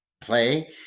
play